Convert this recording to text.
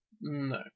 no